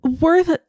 worth